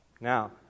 Now